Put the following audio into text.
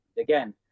again